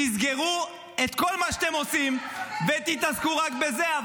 תסגרו את כל מה שאתם עושים ותתעסקו רק בזה.